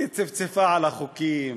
היא צפצפה על החוקים,